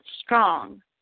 strong